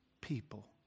people